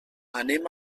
anem